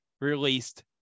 released